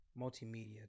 multimedia